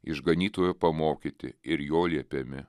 išganytojo pamokyti ir jo liepiami